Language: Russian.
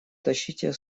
тащите